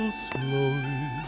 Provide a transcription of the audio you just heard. slowly